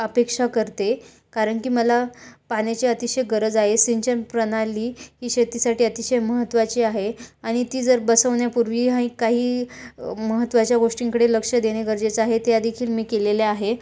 अपेक्षा करते कारणकी मला पाण्याची अतिशय गरज आहे सिंचनप्रणाली ही शेतीसाठी अतिशय महत्त्वाची आहे आणि ती जर बसवण्यापूर्वी हा एक काही महत्त्वाच्या गोष्टींकडे लक्ष देणे गरजेचं आहे त्या देखील मी केलेले आहे